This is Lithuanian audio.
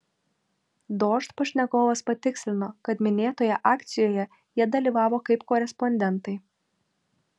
dožd pašnekovas patikslino kad minėtoje akcijoje jie dalyvavo kaip korespondentai